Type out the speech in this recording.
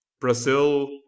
Brazil